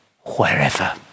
wherever